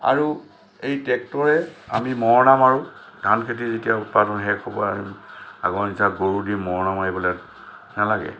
আৰু এই ট্ৰেক্টৰে আমি মৰণা মাৰোঁ ধান খেতি যেতিয়া উৎপাদন শেষ হ'ব আগৰ নিচিনা গৰু দি মৰণা মাৰিবলৈ নেলাগে